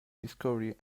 discovery